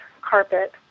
carpet